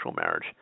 marriage